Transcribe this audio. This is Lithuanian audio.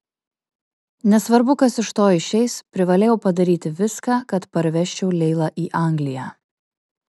nesvarbu kas iš to išeis privalėjau padaryti viską kad parvežčiau leilą į angliją